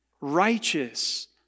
Righteous